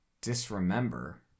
disremember